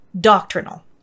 doctrinal